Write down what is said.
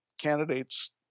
candidates